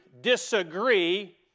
disagree